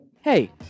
Hey